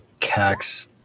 Cax